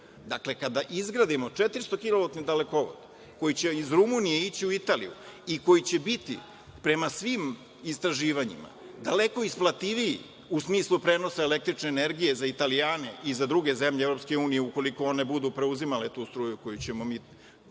nemamo. Dakle, kada izgradimo 400 kilovatni dalekovod koji će iz Rumunije ići u Italiju i koji će biti prema svim istraživanjima daleko isplativiji u smislu prenosa električne energije za Italijane i za druge zemlje EU ukoliko one budu preuzimale tu struju koju ćemo mi